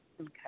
Okay